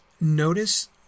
Notice